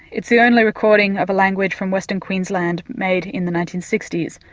it's the only recording of a language from western queensland made in the nineteen sixty s.